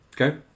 Okay